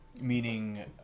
Meaning